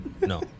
No